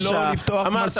אמרתי למה לא לפתוח מסורת.